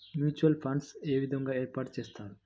Mutual funds ఏ విధంగా ఏర్పాటు చేస్తారు?